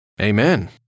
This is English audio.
Amen